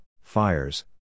fires